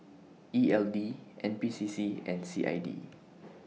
E L D N P C C and C I D